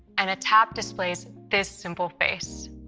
and a tap displays this simple face.